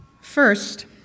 First